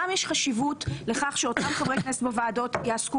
גם יש חשיבות לכך שאותם חברי כנסת בוועדות יעסקו